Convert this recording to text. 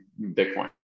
Bitcoin